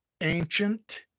ancient